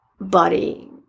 body